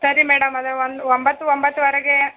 ಸರಿ ಮೇಡಮ್ ಅದೇ ಒಂದು ಒಂಬತ್ತು ಒಂಬತ್ತೂವರೆಗೆ